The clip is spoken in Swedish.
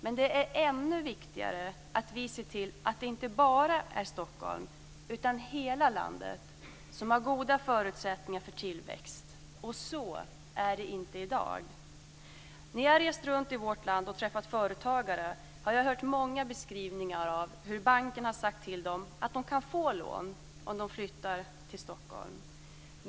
Men ännu viktigare är att vi ser till att inte bara Stockholm utan hela landet har goda förutsättningar för tillväxt. Så är det inte i dag. När jag rest runt i vårt land och träffat företagare har jag hört många beskrivningar av hur banken sagt till dem att de kan få lån om de flyttar till Stockholm.